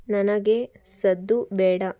ನನಗೆ ಸದ್ದು ಬೇಡ